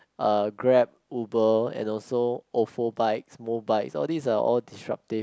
uh Grab Uber and also Ofo Bikes moBikes all these are all disruptive